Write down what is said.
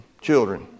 children